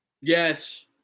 yes